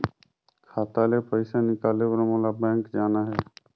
खाता ले पइसा निकाले बर मोला बैंक जाना हे?